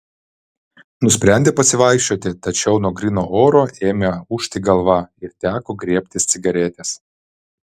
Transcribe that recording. nusprendė pasivaikščioti tačiau nuo gryno oro ėmė ūžti galva ir teko griebtis cigaretės